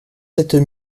sept